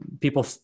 people